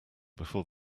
before